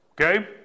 Okay